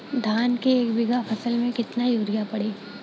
धान के एक बिघा फसल मे कितना यूरिया पड़ी?